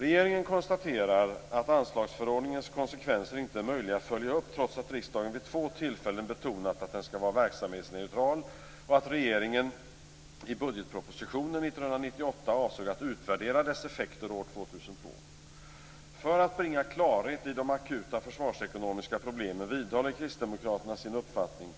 Regeringen konstaterar att anslagsförordningens konsekvenser inte är möjliga att följa upp trots att riksdagen vid två tillfällen betonat att den skall vara verksamhetsneutral och att regeringen i budgetpropositionen 1998 avsåg att utvärdera dess effekter år 2002. Kristdemokraterna vidhåller sin uppfattning